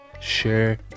Share